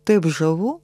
taip žavu